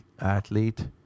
athlete